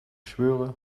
schwöre